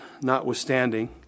notwithstanding